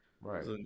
Right